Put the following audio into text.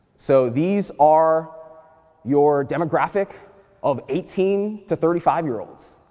so these are your demographic of eighteen to thirty five year olds,